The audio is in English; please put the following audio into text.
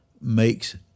makes